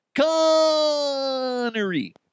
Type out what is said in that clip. Connery